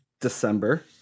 December